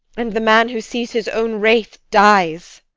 and the man who sees his own wraith dies!